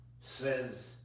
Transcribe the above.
says